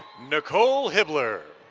nicole hivler.